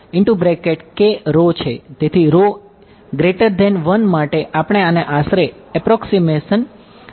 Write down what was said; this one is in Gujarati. તેથી માટે આપણે આને આશરે એપ્રોક્સીમેશન લીધેલ છે